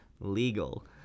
legal